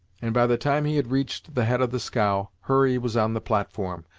and by the time he had reached the head of the scow, hurry was on the platform,